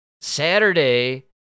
Saturday